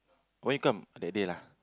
why you come that day lah